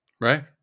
Right